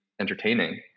entertaining